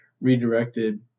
redirected